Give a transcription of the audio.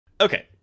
Okay